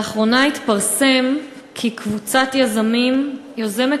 לאחרונה התפרסם כי קבוצת יזמים יוזמת